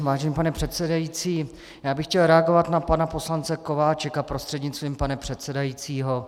Vážený pane předsedající, chtěl bych reagovat na pana poslance Kováčika prostřednictvím pana předsedajícího.